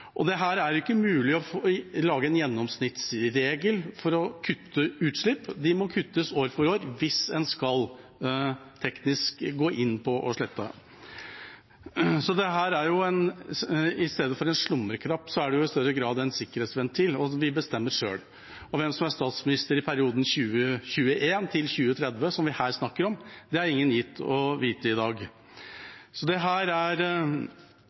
Det er ikke mulig å lage en gjennomsnittsregel for å kutte utslipp. De må kuttes år for år hvis en teknisk skal gå inn for å slette noe. I stedet for en slumreknapp er dette i større grad en sikkerhetsventil, og vi bestemmer selv. Hvem som er statsminister i perioden 2021–2030, som vi snakker om her, er det ingen gitt å vite i dag. Dette er ikke et nederlag; det er en bitte liten fleksibilitet. Ambisjonen er